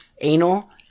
anal